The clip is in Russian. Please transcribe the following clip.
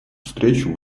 встречу